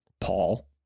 Paul